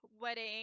wedding